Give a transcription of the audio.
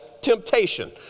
temptation